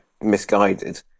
misguided